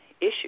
issue